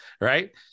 right